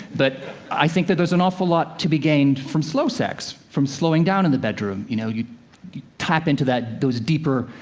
but i think that there's an awful lot to be gained from slow sex from slowing down in the bedroom. you know, you tap into that those deeper,